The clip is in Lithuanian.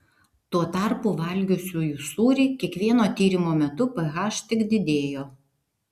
tuo tarpu valgiusiųjų sūrį kiekvieno tyrimo metu ph tik didėjo